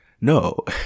no